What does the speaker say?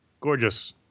Gorgeous